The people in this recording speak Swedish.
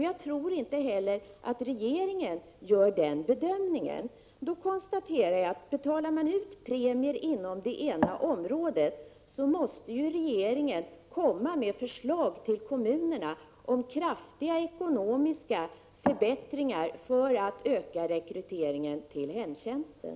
Jag tror inte heller att regeringen gör den bedömningen. Jag kan dock konstatera att betalar man ut premier inom försvaret, måste regeringen kunna komma med ett förslag till kommunerna om kraftiga ekonomiska förbättringar för att öka rekryteringen till hemtjänsten.